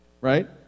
right